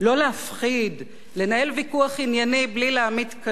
לנהל ויכוח ענייני בלי להמיט קלון זה על זה.